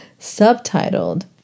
subtitled